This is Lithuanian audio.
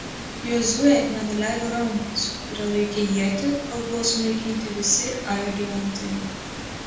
jozuė nenuleido rankos kuria laikė ietį kol buvo sunaikinti visi ajo gyventojai